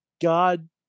god